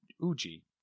Uji